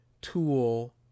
tool